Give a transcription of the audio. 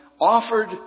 offered